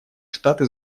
штаты